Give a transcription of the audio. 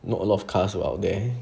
not a lot of cars were out there